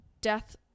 death